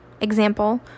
Example